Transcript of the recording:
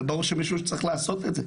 וברור שמישהו צריך לעשות את זה,